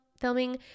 filming